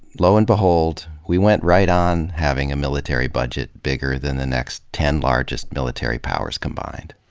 lo and behold, we went right on having a military budget bigger than the next ten largest military powers combined.